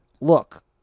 look